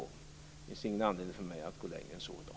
Det finns ingen anledning för mig att gå länge än så i dag.